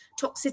toxicity